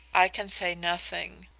i can say nothing.